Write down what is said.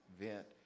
event